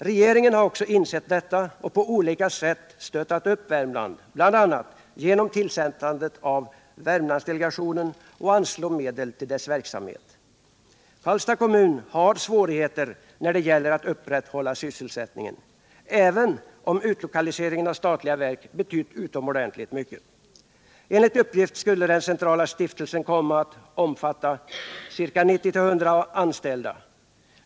Regeringen har också insett detta och på olika sätt stöttat upp Värmland, bl.a. genom att tillsätta Värmlandsdelegationen och anslå medel till dess verksamhet. Karlstads kommun har svårigheter när det gäller att upprätthålla sysselsättningen, även om utlokaliseringen av statliga verk har betytt utomordentligt mycket. Enligt uppgift skulle den centrala stiftelsen komma att omfatta 90-100 anställda.